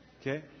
Okay